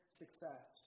success